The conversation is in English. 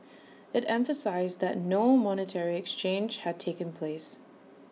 IT emphasised that no monetary exchange had taken place